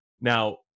now